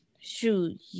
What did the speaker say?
Shoot